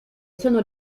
sono